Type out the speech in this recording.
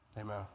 amen